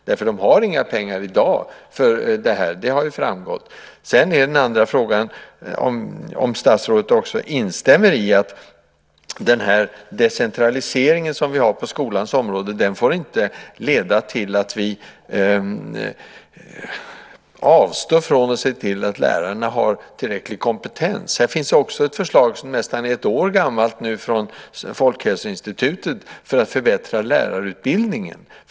De har i dag inga pengar för detta; det har ju framgått. Den andra frågan är om statsrådet instämmer i att den decentralisering vi har på skolans område inte får leda till att vi avstår från att se till att lärarna har tillräcklig kompetens. Här finns också ett förslag, nu nästan ett år gammalt, från Folkhälsoinstitutet om att förbättra lärarutbildningen.